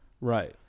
Right